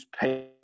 pay